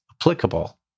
applicable